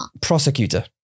Prosecutor